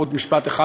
עוד משפט אחד,